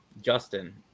Justin